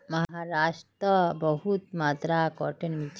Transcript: महाराष्ट्रत बहुत मात्रात कॉटन मिल छेक